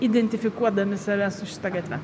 identifikuodami save su šita gatve